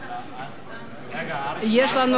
יש לנו רשימת דוברים.